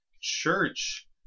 church